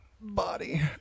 body